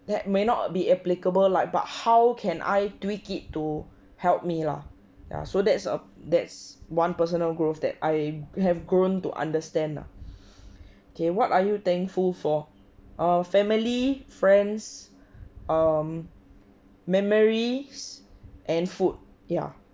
that may not be applicable like but how can I tweak it to help me lah ya so that's ah that's one personal growth that I have grown to understand ah okay what are you thankful for err family friends um memories and food ya